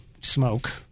smoke